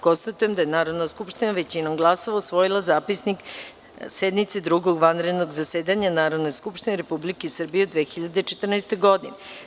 Konstatujem da je Narodna skupština većinom glasova usvojila Zapisnik sednice Drugog vanrednog zasedanja Narodne skupštine Republike Srbije u 2014. godini.